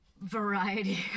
variety